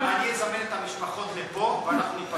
אני אזמן את המשפחות לפה ואנחנו ניפגש.